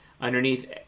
Underneath